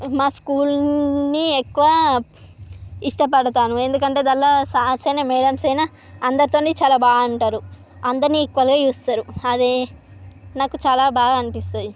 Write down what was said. మా స్కూల్ని ఎక్కువ ఇష్టపడతాను ఎందుకంటే దాంట్లో సార్స్ అయినా మ్యాడమ్స్ అయినా అందరితోని చాలా బా ఉంటారు అందరినీ ఈక్వల్గా చూస్తారు అదే నాకు చాలా బాగా అనిపిస్తుంది